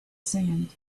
sand